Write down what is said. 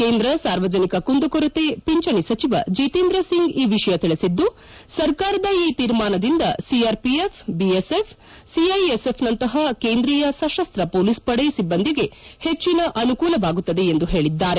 ಕೇಂದ್ರ ಸಾರ್ವಜನಿಕ ಕುಂದು ಕೊರತೆ ಪಿಂಚಣಿ ಸಚಿವ ಜಿತೇಂದ್ರ ಸಿಂಗ್ ಈ ವಿಷಯ ತಿಳಿಸಿದ್ದು ಸರ್ಕಾರದ ಈ ತೀರ್ಮಾನದಿಂದ ಸಿಆರ್ಪಿಎಫ್ ಬಿಎಸ್ಎಫ್ ಸಿಐಎಸ್ಎಫ್ನಂತಹ ಕೇಂದ್ರೀಯ ಸಶಸ್ತ ಮೊಲೀಸ್ ಪಡೆ ಸಿಬ್ಲಂದಿಗೆ ಹೆಚ್ಚಿನ ಅನುಕೂಲವಾಗುತ್ತದೆ ಎಂದು ಹೇಳಿದ್ದಾರೆ